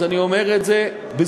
אז אני אומר את זה בזהירות,